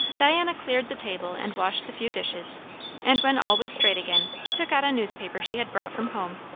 diana cleared the table and washed the few dishes and when all was straight again, took out a newspaper she had brought from home,